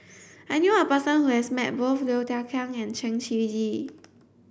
I knew a person who has met both Low Thia Khiang and Chen Shiji